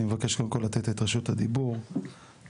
אני מבקש לתת את רשות הדיבור לחברינו,